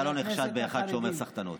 אתה לא נחשד כאחד שאומר סחטנות.